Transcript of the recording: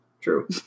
True